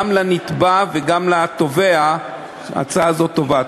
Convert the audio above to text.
גם לנתבע וגם לתובע ההצעה הזאת טובה.